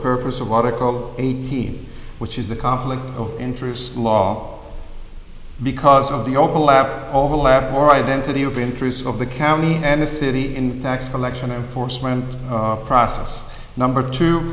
purpose of article eighteen which is a conflict of interest law because of the overlap overlap or identity of interests of the county and the city and tax collection enforcement process number two